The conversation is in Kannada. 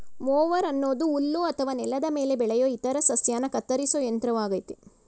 ಮೊವರ್ ಅನ್ನೋದು ಹುಲ್ಲು ಅಥವಾ ನೆಲದ ಮೇಲೆ ಬೆಳೆಯೋ ಇತರ ಸಸ್ಯನ ಕತ್ತರಿಸೋ ಯಂತ್ರವಾಗಯ್ತೆ